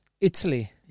Italy